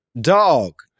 Dog